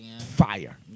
fire